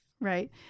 right